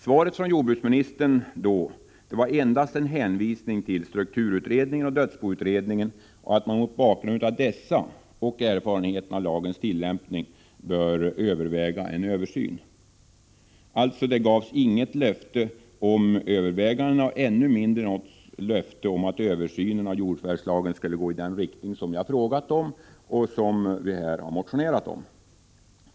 Svaret från jordbruksministern var endast en hänvisning till strukturutredningen och dödsboutredningen och till att det var mot bakgrund av dessa utredningar och erfarenheterna av lagens tillämpning som en översyn borde övervägas. Det gavs alltså inget löfte om överväganden och ännu mindre något löfte om att översynen av jordförvärvslagen skulle gå i den riktning som jag hade frågat om och som vi här har motionerat om.